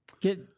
Get